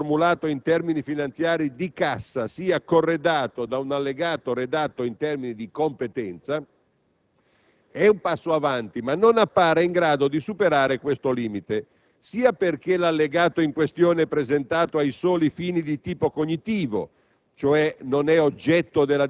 che prevede che il bilancio formulato in termini finanziari di cassa sia corredato da un allegato redatto in termini di competenza - è un passo avanti, ma non appare in grado di superare questo limite: sia perché l'allegato in questione è presentato ai soli fini di tipo cognitivo